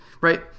right